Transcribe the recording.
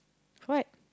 what